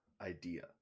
idea